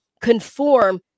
conform